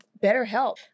BetterHelp